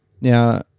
Now